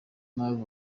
nabi